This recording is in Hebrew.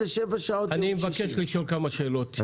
כך שזה 225 מיליון שקל שנגבים היום מהציבור עבור המכלים האלה.